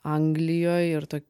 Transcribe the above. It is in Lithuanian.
anglijoj ir to